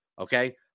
okay